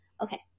Okay